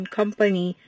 company